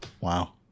Wow